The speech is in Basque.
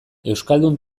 euskaldun